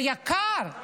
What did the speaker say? זה יקר.